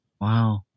wow